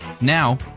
Now